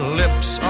lips